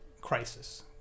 crisis